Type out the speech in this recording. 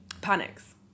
Panics